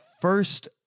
first